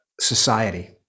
society